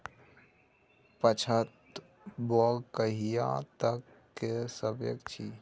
पछात बौग कहिया तक के सकै छी?